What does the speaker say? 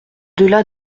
delà